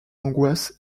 angoisses